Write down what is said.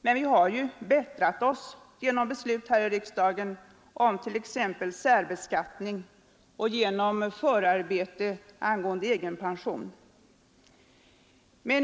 Men genom beslut här i riksdagen har vi bättrat oss exempelvis i fråga om särbeskattning och genom förarbete angående egenpension.